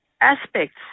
aspects